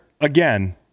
again